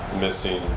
missing